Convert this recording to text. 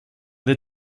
they